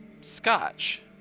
scotch